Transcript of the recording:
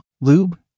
Lube